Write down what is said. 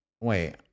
wait